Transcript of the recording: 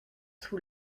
sous